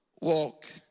Walk